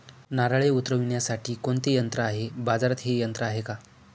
नारळे उतरविण्यासाठी कोणते यंत्र आहे? बाजारात हे यंत्र आहे का?